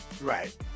right